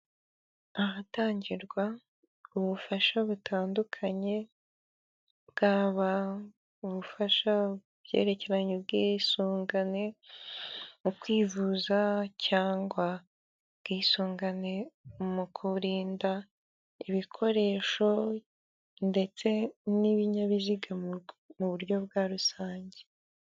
Ahatangirwa ubufasha butandukanye, bwaba ubufasha ku byerekeranye ubwisungane mu kwivuza cyangwa ubwisungane mu kurinda ibikoresho ndetse n'ibinyabiziga mu buryo bwa rusange.